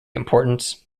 importance